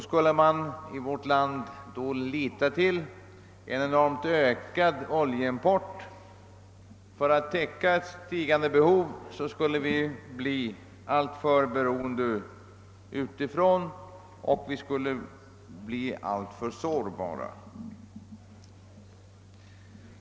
Skulle man i vårt land då lita till en enormt ökad oljeimport för att täcka ett stigande behov, skulle vi bli alltför beroende av utlandet och därmed alltför sårbara.